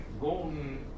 golden